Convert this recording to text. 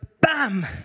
bam